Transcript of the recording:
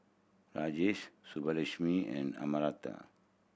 Rajesh Subbulakshmi and Amartya